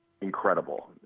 incredible